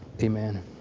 Amen